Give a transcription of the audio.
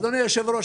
אדוני יושב הראש,